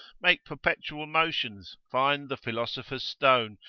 make perpetual motions, find the philosopher's stone,